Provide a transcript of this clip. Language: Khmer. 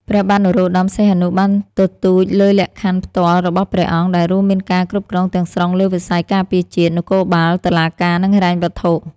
ព្រះបាទនរោត្តម សីហនុបានទទូចលើលក្ខខណ្ឌផ្ទាល់របស់ព្រះអង្គ ដែលរួមមានការគ្រប់គ្រងទាំងស្រុងលើវិស័យការពារជាតិ នគរបាល តុលាការ និងហិរញ្ញវត្ថុ។